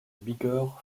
bigorre